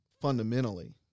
fundamentally